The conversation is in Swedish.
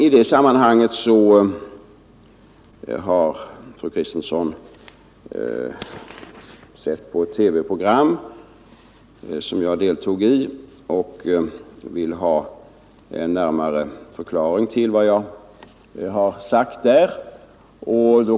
Fru Kristensson har sett ett TV-program som jag deltog i och vill ha en närmare förklaring till vad jag har sagt där.